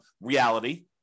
reality